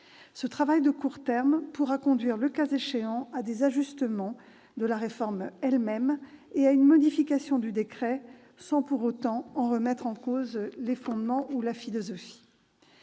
Ce travail de court terme pourra conduire, le cas échéant, à des ajustements de la réforme elle-même et à une modification du décret, sans pour autant en remettre en cause les fondements et la philosophie.